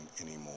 anymore